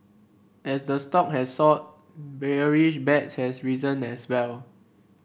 as the stock has soared bearish bets has risen as well